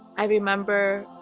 i remember,